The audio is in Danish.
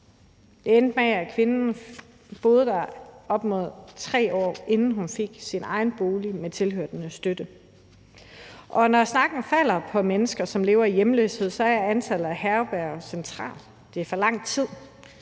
Det endte med, at kvinden boede der op imod 3 år, inden hun fik sin egen bolig med tilhørende støtte. Når snakken falder på mennesker, der lever i hjemløshed, er antallet af herberger centralt. Det er for lang tid.